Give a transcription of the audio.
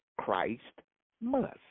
Christ-must